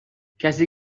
کسی